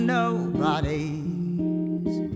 nobody's